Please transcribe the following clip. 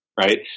right